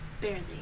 Barely